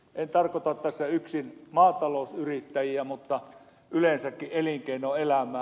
en tarkoita tässä yksin maatalousyrittäjiä vaan yleensäkin elinkeinoelämää